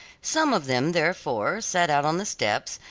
some of them, therefore, sat out on the steps,